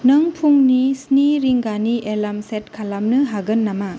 नों फुंनि स्नि रिंगानि एलार्म सेट खालामनो हागोन नामा